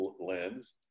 lens